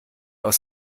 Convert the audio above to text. aus